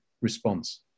response